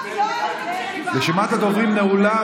רשימת הדוברים נעולה,